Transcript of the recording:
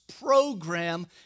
program